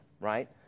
right